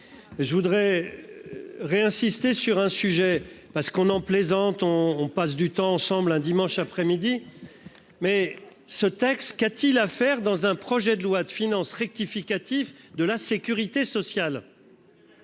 Je voudrais. Re-insister sur un sujet parce qu'on en plaisante, on on passe du temps ensemble un dimanche après-midi. Mais ce texte. Qu'a-t-il à faire dans un projet de loi de finances rectificatif de la Sécurité sociale.